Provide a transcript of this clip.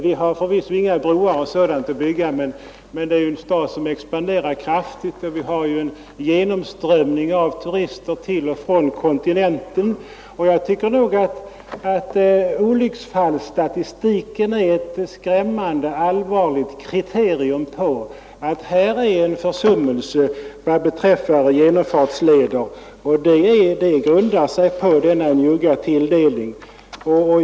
Vi har förvisso inga broar och sådant att bygga, men Malmö är en stad som expanderar kraftigt, och vi har en genomströmning av turister till och från kontinenten. Jag tycker att olycksfallsstatistiken är ett skrämmande allvarligt kriterium på att man försummat genomfartsleder, och det beror på denna njugga tilldelning.